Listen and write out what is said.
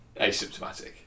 asymptomatic